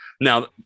Now